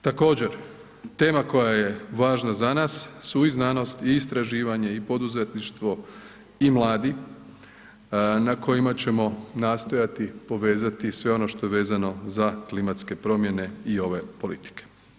Također tema koja je važna za nas su i znanost i istraživanje i poduzetništvo i mladi na kojima ćemo nastojati povezati sve ono što je vezano za klimatske promjene i ove politike.